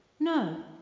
No